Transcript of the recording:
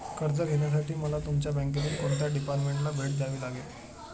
कर्ज घेण्यासाठी मला तुमच्या बँकेतील कोणत्या डिपार्टमेंटला भेट द्यावी लागेल?